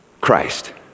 Christ